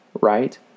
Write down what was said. Right